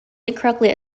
incorrectly